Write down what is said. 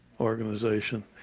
organization